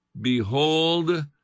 Behold